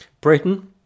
Britain